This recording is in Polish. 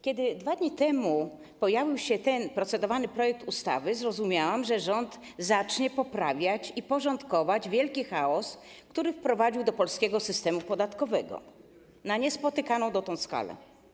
Kiedy 2 dni temu pojawił się procedowany projekt ustawy, pomyślałam, że rząd zacznie poprawiać i porządkować wielki chaos, który wprowadził do polskiego systemu podatkowego na niespotykaną dotąd skalę.